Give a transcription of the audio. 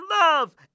love